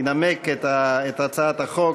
הצעת חוק